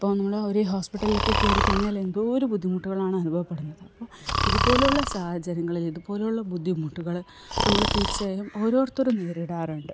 അപ്പോള് നമ്മള് ഒരു ഹോസ്പിറ്റലിലൊക്കെ കയറിക്കഴിഞ്ഞാല് എന്തോരു ബുദ്ധിമുട്ടുകളാണ് അനുഭവപ്പെടുന്നത് അപ്പോള് ഇതുപോലുള്ള സാഹചര്യങ്ങളിൽ ഇതുപോലുള്ള ബുദ്ധിമുട്ടുകള് നമ്മൾ തീർച്ചയായും ഓരോരുത്തരും നേരിടാറുണ്ട്